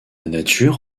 nature